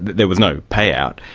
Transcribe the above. there was no payout,